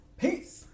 Peace